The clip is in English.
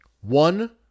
One